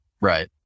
right